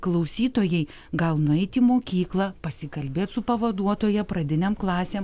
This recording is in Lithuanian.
klausytojai gal nueit į mokyklą pasikalbėt su pavaduotoja pradinėm klasėm